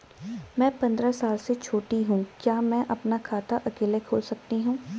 मैं पंद्रह साल से छोटी हूँ क्या मैं अपना खाता अकेला खोल सकती हूँ?